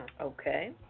Okay